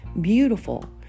beautiful